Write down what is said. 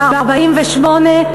ב-1948,